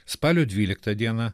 spalio dvyliktą dieną